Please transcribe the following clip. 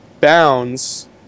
bounds